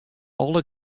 alle